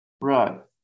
Right